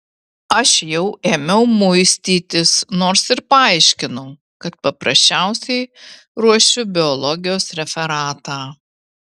aš jau ėmiau muistytis nors ir paaiškinau kad paprasčiausiai ruošiu biologijos referatą